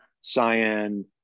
cyan